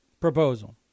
proposal